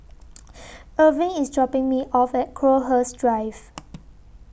Erving IS dropping Me off At Crowhurst Drive